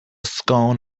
scorn